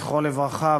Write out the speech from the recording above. זכרו לברכה,